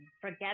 forget